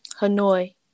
Hanoi